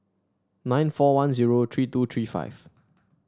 nine four one zero three two three five